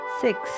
Six